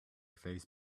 face